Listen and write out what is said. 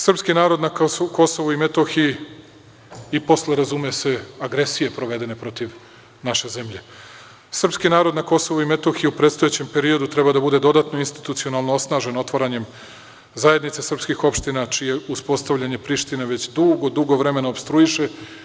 Srpski narod na Kosovu i Metohiji i posle, razume se, agresije provedene protiv naše zemlje, srpski narod na Kosovu i Metohiji u predstojećem periodu treba da bude dodatno institucionalno osnažen otvaranjem zajednice srpskih opština, čije uspostavljanje Priština već dugo, dugo vremena opstruiše.